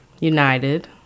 United